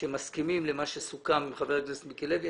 שמסכימים למה שסוכם עם חבר הכנסת מיקי לוי,